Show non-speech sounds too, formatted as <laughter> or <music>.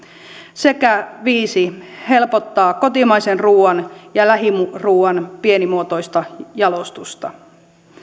sekä <unintelligible> viides helpottaa kotimaisen ruuan ja lähiruuan pienimuotoista jalostusta